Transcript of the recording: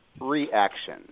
reaction